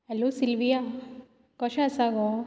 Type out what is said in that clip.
hello Sylvia कशें आसा गो